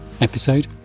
episode